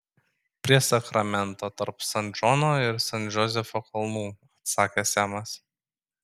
prie sakramento tarp san džono ir san džozefo kalnų atsakė semas